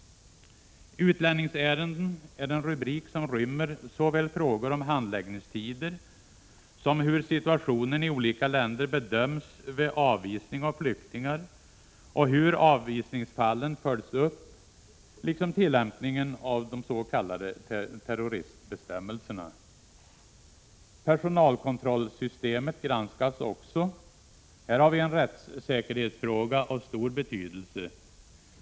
Utlänningsärenden är en rubrik som rymmer frågor såväl om handläggningstider som om hur situationen i olika länder bedöms vid avvisning av flyktingar och hur avvisningsfallen följs upp, liksom tillämpningen av de s.k. terroristbestämmelserna. Personalkontrollsystemet granskas också. Här har vi en rättssäkerhetsfråga av stor betydelse.